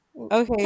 Okay